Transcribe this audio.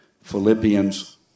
Philippians